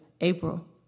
April